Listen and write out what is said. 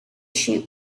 sheep